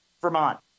Vermont